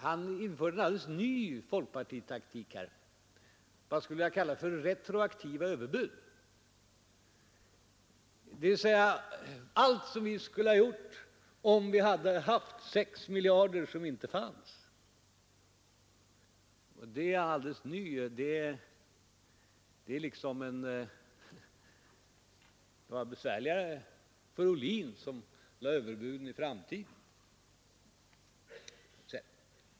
Han införde en alldeles ny folkpartitaktik, som jag skulle vilja kalla retroaktiva överbud, dvs. han angav allt som vi skulle ha gjort, om vi hade haft 6 miljarder kronor som inte fanns. Det är som sagt en ny folkpartitaktik. Det var besvärligare för herr Ohlin som lade överbuden i framtiden.